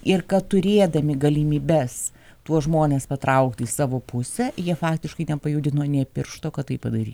ir kad turėdami galimybes tuos žmones patraukti į savo pusę jie faktiškai nepajudino nė piršto kad tai padarytų